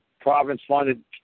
province-funded